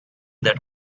that